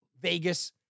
Vegas